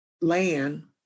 land